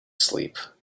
sleep